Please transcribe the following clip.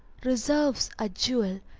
reserve's a jewel,